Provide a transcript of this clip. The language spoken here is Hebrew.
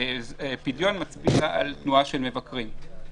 הפדיון מצביע על תנועה של מבקרים.